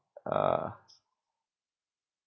uh